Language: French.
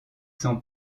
cents